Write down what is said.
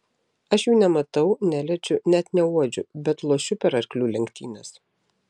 aš jų nematau neliečiu net neuodžiu bet lošiu per arklių lenktynes